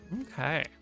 Okay